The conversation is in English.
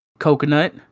coconut